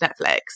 Netflix